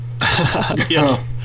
Yes